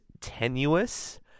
tenuous